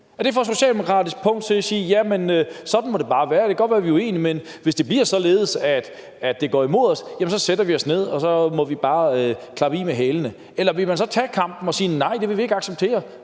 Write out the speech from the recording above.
at det får Socialdemokratiet til at sige: Jamen sådan må det bare være; det kan godt være, vi er uenige, men hvis det bliver således, at det går imod os, jamen så sætter vi os ned og klapper hælene i? Eller vil man tage kampen og sige, at, nej, det vil man ikke acceptere?